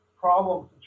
problems